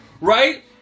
Right